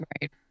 Right